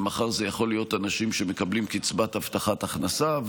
מחר זה יכול להיות אנשים שמקבלים קצבת הבטחת הכנסה,